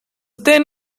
then